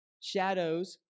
shadows